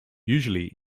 usually